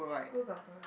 school got provide